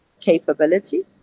capability